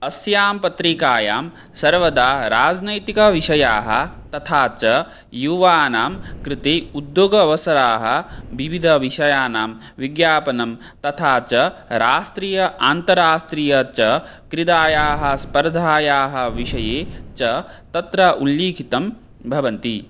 अस्यां पत्रिकायां सर्वदा राजनैतिकविषयाः तथा च यूनां कृते उद्योगावसराः विविधविषयाणां विज्ञापनं तथा च राष्ट्रीय अन्ताराष्ट्रियाः च क्रीडायाः स्पर्धायाः विषये च तत्र उल्लिखितं भवन्ति